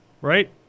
right